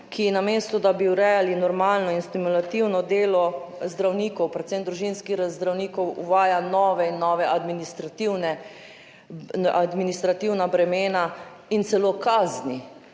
ki namesto, da bi urejali normalno in stimulativno delo zdravnikov, predvsem družinskih zdravnikov, uvajajo nova in nova administrativna bremena in celo kazni,